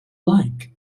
like